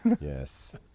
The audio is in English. Yes